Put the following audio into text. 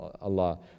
Allah